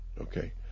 Okay